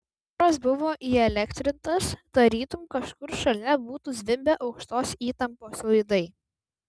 oras buvo įelektrintas tarytum kažkur šalia būtų zvimbę aukštos įtampos laidai